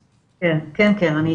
כן, אני איתכם.